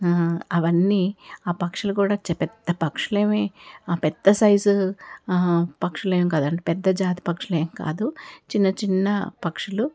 అవన్నీ ఆ పక్షులు కూడా చ పక్షులేమి ఆ పెద్ద సైజు పక్షులేం కాదు పెద్ద జాతి పక్షులేం కాదు చిన్న చిన్న పక్షులు